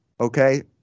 okay